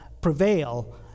prevail